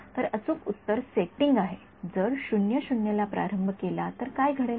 तर अचूक उत्तर सेटिंगआहे जर ला प्रारंभ केला तर काय घडेल